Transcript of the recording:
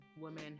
women